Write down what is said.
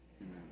Amen